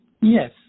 Yes